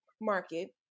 market